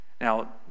Now